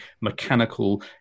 mechanical